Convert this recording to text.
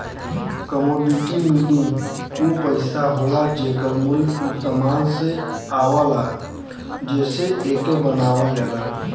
commodity money उ पइसा होला जेकर मूल्य उ समान से आवला जेसे एके बनावल जाला